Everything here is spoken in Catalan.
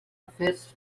afers